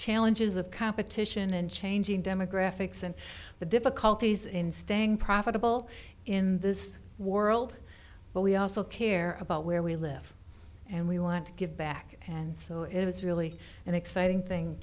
challenges of competition and changing demographics and the difficulties in staying profitable in this world but we also care about where we live and we want to give back and so it was really an exciting thing